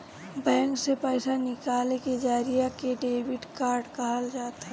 bank से पईसा निकाले के जरिया के डेबिट कहल जात हवे